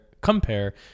compare